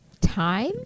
Time